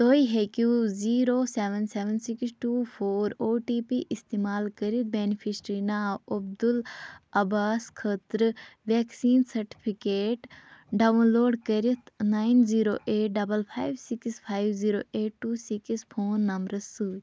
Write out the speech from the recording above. تُہۍ ہٮ۪کِو zero seven seven six two four O T P اِستعمال کٔرِتھ بٮ۪نفِشرِی ناو عبدُل عباس خٲطرٕ وٮ۪کسیٖن سَٹفِکیٹ ڈاوُن لوڈ کٔرِتھ nine zero eight double five six five zero eight two six phone نمبرٕ سۭتۍ